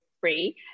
free